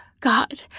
God